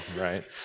right